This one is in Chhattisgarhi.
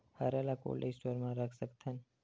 हरा ल कोल्ड स्टोर म रख सकथन?